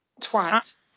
twat